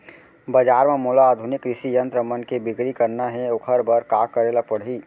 बजार म मोला आधुनिक कृषि यंत्र मन के बिक्री करना हे ओखर बर का करे ल पड़ही?